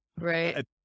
Right